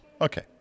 Okay